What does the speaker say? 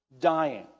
dying